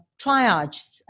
triage